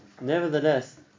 nevertheless